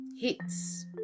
hits